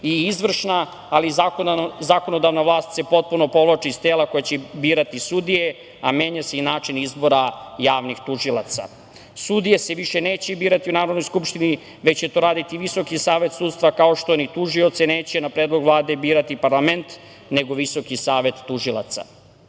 i izvršna, ali i zakonodavna vlast se potpuno povlači iz tela koje će birati sudije, a menja se i način izbora javnih tužilaca. Sudije se više neće birati u Narodnoj skupštini, već će to raditi Visoki savet sudstva, kao što ni tužioce neće na predlog Vlade birati parlament, nego Visoki savet tužilaca. Kako